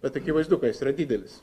bet akivaizdu ką jis yra didelis